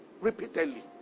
repeatedly